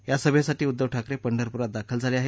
या सभेसाठी उद्घव ठाकरे पंढरपूरात दाखल झाले आहेत